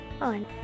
on